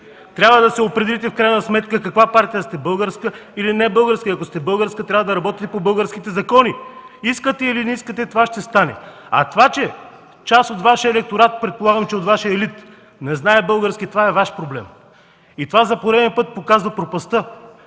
трябва да се определите в крайна сметка каква партия сте – българска или небългарска? И ако сте българска, трябва да работите по българските закони. Искате или не искате това ще стане. Това, че част от Вашия електорат, предполагам и от Вашия елит, не знае български, това е Ваш проблем. Това за пореден път показва пропастта,